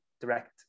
direct